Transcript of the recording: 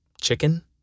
chicken